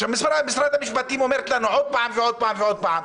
כשנציגת משרד המשפטים אומרת לנו עוד פעם ועוד פעם ועוד פעם,